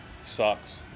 sucks